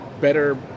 better